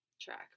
track